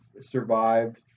survived